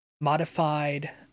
modified